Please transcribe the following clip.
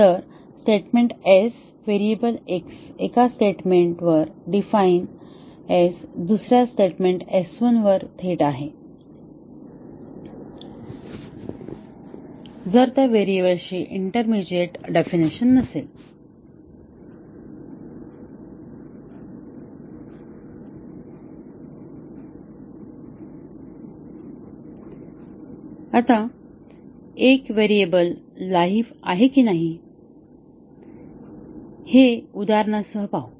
तर statement S variable x एका स्टेटमेंटवर डिफाइन S दुसर्या स्टेटमेंट S1 वर थेट आहे जर त्या व्हेरिएबलची इंटरमीडिअट डेफिनिशन नसेल आता एक व्हेरिएबल लाइव्ह आहे की नाही हे उदाहरणासह पाहू